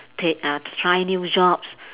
take uh try new jobs